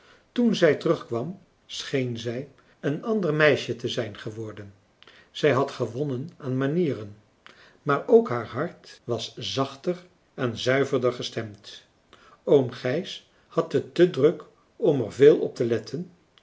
toen zij terugkwam scheen zij een ander meisje te zijn geworden zij had gewonnen aan manieren maar ook haar hart was zachter en zuiverder gestemd oom gijs had het te druk om er veel op te letten